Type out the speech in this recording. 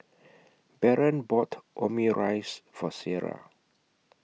Baron bought Omurice For Sierra